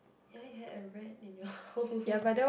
ya you had a rat in your house